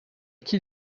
qui